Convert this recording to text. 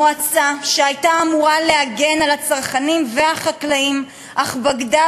מועצה שהייתה אמורה להגן על הצרכנים והחקלאים אך בגדה